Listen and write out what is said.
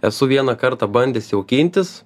esu vieną kartą bandęs jaukintis